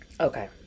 Okay